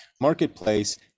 marketplace